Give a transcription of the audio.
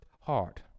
heart